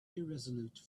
irresolute